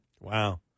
wow